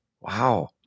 wow